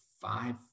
five